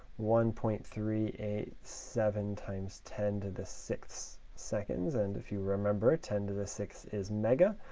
one point three eight seven times ten to the six seconds, and if you remember, ten to the six is mega,